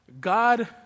God